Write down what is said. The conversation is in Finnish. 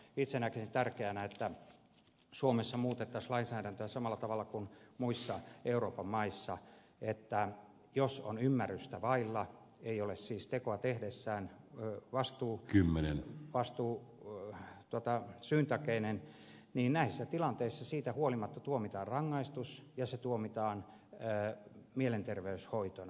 itse näkisin tärkeänä että suomessa muutettaisiin lainsäädäntöä samalla tavalla kuin muissa euroopan maissa että jos on ymmärrystä vailla ei ole siis tekoa tehdessään vastuu kymmenen vastuu olla hitottaa syyntakeinen niin näissä tilanteissa siitä huolimatta tuomitaan rangaistus ja se tuomitaan mielenterveyshoitona